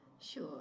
Sure